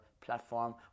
platform